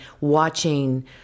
watching